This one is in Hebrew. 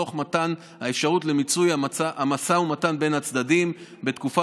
תוך מתן האפשרות למיצוי המשא ומתן בין הצדדים בתקופה